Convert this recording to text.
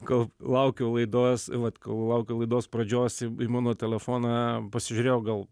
kol laukiau laidos vat kol laukiau laidos pradžios į mano telefoną pasižiūrėjau gal